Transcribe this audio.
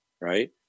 right